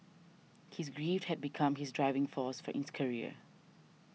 his grief had become his driving force in his career